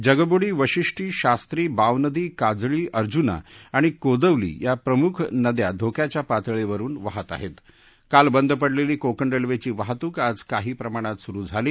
जगबुडी वाशिष्ठी शास्त्री बावनदी काजळी अर्जुना आणि कोदवली या प्रमुख नद्या धोक्याच्या पातळीवरून वाहत आहती काल बंद पडलीी कोकण रस्विधी वाहतूक आज काही प्रमाणात सुरू झाली